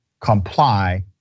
comply